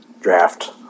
Draft